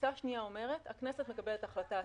תפיסה שנייה אומרת שהכנסת מקבלת החלטה עצמאית.